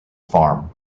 farm